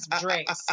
drinks